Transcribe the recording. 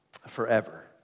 Forever